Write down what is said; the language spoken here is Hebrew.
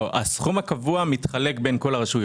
הסכום הקבוע מתחלק בין כל הרשויות.